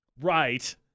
Right